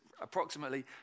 approximately